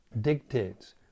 dictates